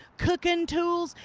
cooking tools,